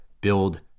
build